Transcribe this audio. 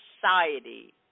society